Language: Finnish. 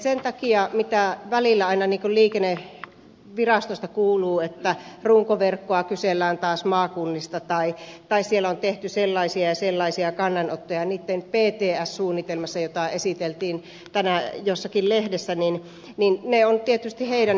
sen takia kun välillä aina liikennevirastosta kuuluu että runkoverkkoa kysellään taas maakunnista tai siellä on tehty sellaisia ja sellaisia kannanottoja niitten pts suunnitelmassa jota esiteltiin tänään jossakin lehdessä niin ne ovat tietysti heidän näkemyksiään